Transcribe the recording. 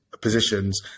positions